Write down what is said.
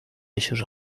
eixos